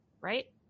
right